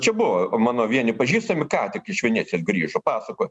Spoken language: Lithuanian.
čia buvo mano vieni pažįstami ką tik iš venecijos grįžo pasakojo